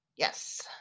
Yes